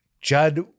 Judd